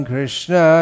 Krishna